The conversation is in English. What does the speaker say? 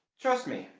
trust me,